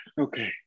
okay